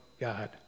God